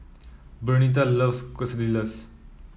Bernita loves Quesadillas